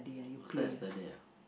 last time I study